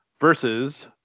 versus